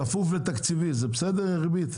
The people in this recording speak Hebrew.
כפוף ותקציבי זה בסדר ריבית?